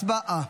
הצבעה.